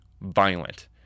violent